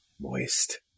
Moist